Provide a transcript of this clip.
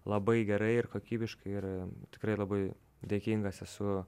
labai gerai ir kokybiškai ir tikrai labai dėkingas esu